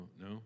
no